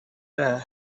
there